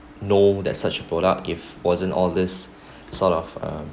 know that such product if wasn't all this sort of um